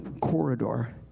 corridor